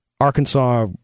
Arkansas